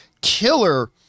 Killer